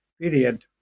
period